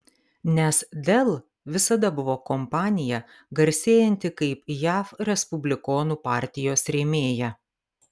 nes dell visada buvo kompanija garsėjanti kaip jav respublikonų partijos rėmėja